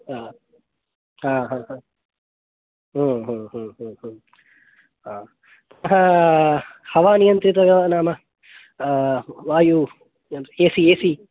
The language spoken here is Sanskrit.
हा हा हा हा आं अतः हवानियन्त्रित नाम वायु एसि एसि